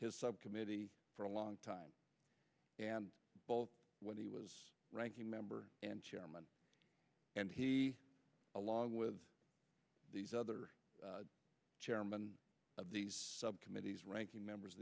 his subcommittee for a long time and when he was ranking member and chairman and he along with these other chairman of the subcommittees ranking members